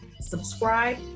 subscribe